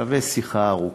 שווה שיחה ארוכה.